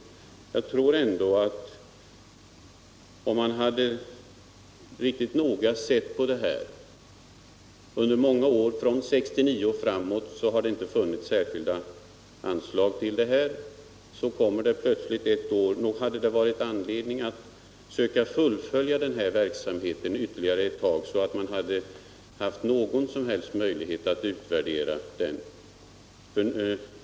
stödet till allmänna Under många år, från 1969 och framåt, har det inte funnits något särskilt samlingslokaler anslag till verksamheten, men plötsligt beviljades det för ett år. Jag tror ändå att om man hade behandlat denna fråga riktigt noga, hade man funnit anledning att söka fullfölja denna verksamhet ytterligare en tid, så att man fått någon som helst möjlighet att utvärdera den.